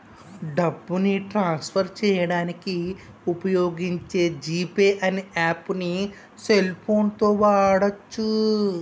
డబ్బుని transfer చేయడానికి వుపయోగించే జీ పే అనే యాప్పుని సెల్ ఫోన్ తో వాడచ్చు